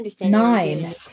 Nine